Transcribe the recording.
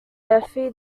nephi